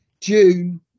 june